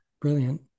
Brilliant